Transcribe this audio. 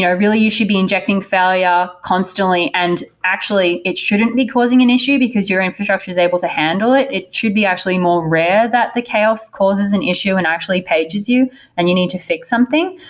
really, you should be injecting failure constantly. and actually, it shouldn't be causing an issue because your infrastructure is able to handle it. it should be actually more rare that the chaos causes an issue and actually pages you and you need to fix something.